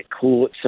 caught